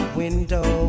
window